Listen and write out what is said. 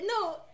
no